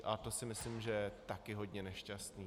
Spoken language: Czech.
A to si myslím, že je taky hodně nešťastné.